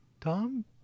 Tom